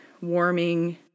warming